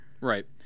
Right